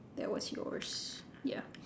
that was yours ya